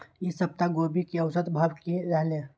ई सप्ताह गोभी के औसत भाव की रहले?